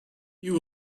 you